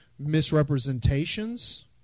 misrepresentations